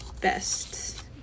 Best